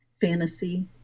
fantasy